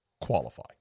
qualify